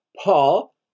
Paul